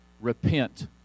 repent